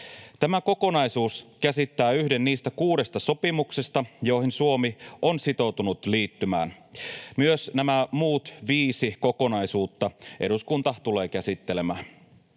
Tämä kokonaisuus käsittää yhden niistä kuudesta sopimuksesta, joihin Suomi on sitoutunut liittymään. Myös nämä muut viisi kokonaisuutta eduskunta tulee käsittelemään.